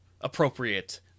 appropriate